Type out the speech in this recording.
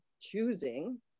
choosing